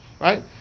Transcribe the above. right